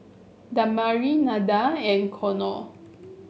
Damari Nada and Konner